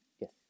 Yes